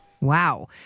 Wow